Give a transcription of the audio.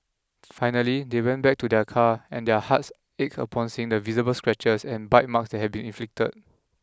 finally they went back to their car and their hearts ached upon seeing the visible scratches and bite marks that had been inflicted